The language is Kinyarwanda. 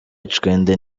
icwende